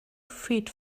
feet